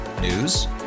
News